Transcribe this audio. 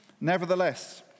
Nevertheless